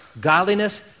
Godliness